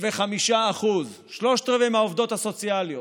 75%, שלושת רבעי מהעובדות הסוציאליות,